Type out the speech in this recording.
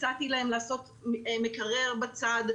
הצעתי להם לעשות מקרר בצד,